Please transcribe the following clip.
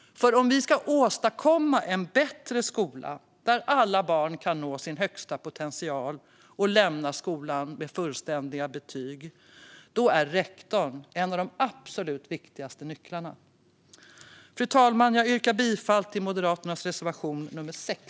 Om vi ska åstadkomma en bättre skola, där alla barn kan nå sin högsta potential och lämna skolan med fullständiga betyg, är rektorn nämligen en av de absolut viktigaste nycklarna. Fru talman! Jag yrkar bifall till Moderaternas reservation nummer 6.